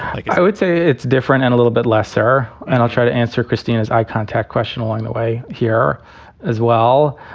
like i would say, it's different and a little bit lesser. and i'll try to answer christina's eyecontact question along the way here as well.